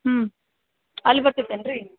ಹ್ಞೂ ಅಲ್ಲಿ ಬರ್ತಿತ್ತೇನ್ರಿ